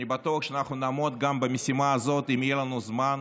ואני בטוח שאנחנו נעמוד גם במשימה הזאת אם יהיה לנו זמן